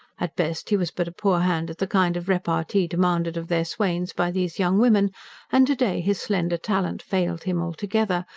at best he was but a poor hand at the kind of repartee demanded of their swains by these young women and to-day his slender talent failed him altogether,